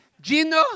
Gino